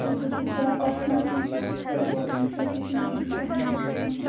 تُہۍ کٔرۍزیٚو تھوڑا پٔرسنَل تھوڑا بہت أمِس سۭتۍ یہِ تہٕ مےَ بی تۄہہِ ما ہیٚکِو یہِ ؤنِتھ